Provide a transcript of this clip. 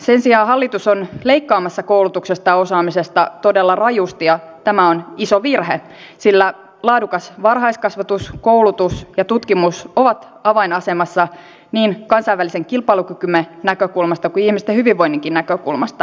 sen sijaan hallitus on leikkaamassa koulutuksesta ja osaamisesta todella rajusti ja tämä on iso virhe sillä laadukas varhaiskasvatus koulutus ja tutkimus ovat avainasemassa niin kansainvälisen kilpailukykymme näkökulmasta kuin ihmisten hyvinvoinninkin näkökulmasta